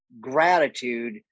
gratitude